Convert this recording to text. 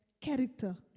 character